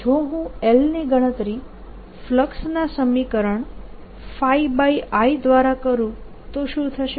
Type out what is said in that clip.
જો હું L ની ગણતરી ફ્લક્સના સમીકરણ I દ્વારા કરૂ તો શું થશે